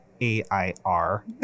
AIR